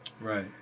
Right